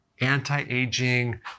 anti-aging